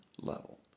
level